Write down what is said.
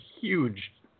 huge